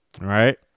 right